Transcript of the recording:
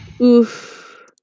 Oof